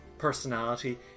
Personality